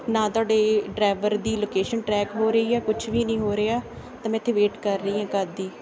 ਨਾ ਤੁਹਾਡੇ ਡਰੈਵਰ ਦੀ ਲੋਕੇਸ਼ਨ ਟਰੈਕ ਹੋ ਰਹੀ ਹੈ ਕੁਛ ਵੀ ਨਹੀਂ ਹੋ ਰਿਹਾ ਤਾਂ ਮੈਂ ਇੱਥੇ ਵੇਟ ਕਰ ਰਹੀ ਹਾਂ ਕਦੋਂ ਦੀ